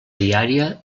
diària